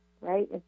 right